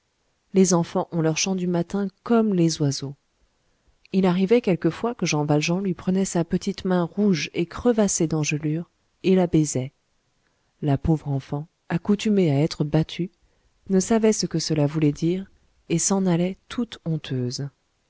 les enfants ont leur chant du matin comme les oiseaux il arrivait quelquefois que jean valjean lui prenait sa petite main rouge et crevassée d'engelures et la baisait la pauvre enfant accoutumée à être battue ne savait ce que cela voulait dire et s'en allait toute honteuse